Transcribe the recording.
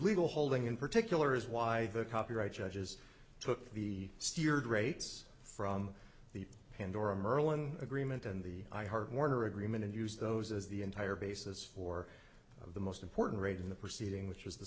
legal holding in particular is why the copyright judges took the steered rates from the pandora merlin agreement and the i heart warner agreement and use those as the entire basis for the most important rate in the proceeding which was the